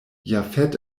jafet